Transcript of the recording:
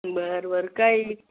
बरं बरं काही